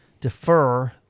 defer